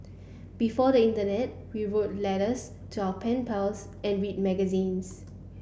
before the internet we wrote letters to our pen pals and read magazines